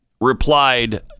replied